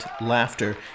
laughter